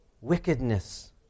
wickedness